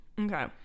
Okay